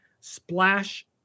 splash